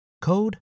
code